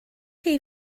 chi